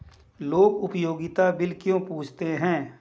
लोग उपयोगिता बिल क्यों पूछते हैं?